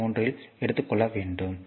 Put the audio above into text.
3 என்று எடுத்துகொள்ளவேண்டும்